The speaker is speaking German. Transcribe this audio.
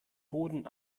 boden